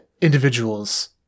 individuals